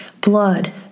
blood